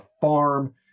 farm